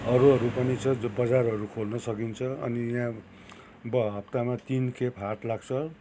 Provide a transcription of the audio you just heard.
अरूहरू पनि छ जो बजारहरू खोल्नु सकिन्छ अनि यहाँ ब हप्तामा तिन खेप हाट लाग्छ